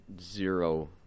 zero